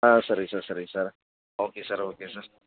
ஆ சரிங்க சார் சரிங்க sir okay sir okay sir